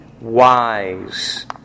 wise